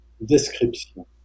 description